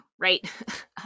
right